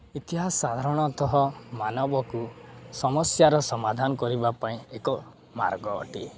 ଏହା ସାଧାରଣତଃ ମାନବକୁ ସମସ୍ୟାର ସମାଧାନ କରିବା ପାଇଁ ଏକ ମାର୍ଗ ଅଟେ